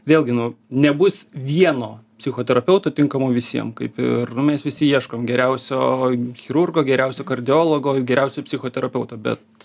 vėlgi nu nebus vieno psichoterapeuto tinkamo visiem kaip ir mes visi ieškom geriausio chirurgo geriausio kardiologo geriausio psichoterapeuto bet